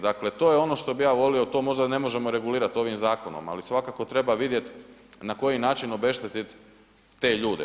Dakle to je ono što bih ja volio, to možda ne možemo regulirati ovim zakonom ali svakako treba vidjeti na koji način obešteti te ljude.